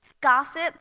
gossip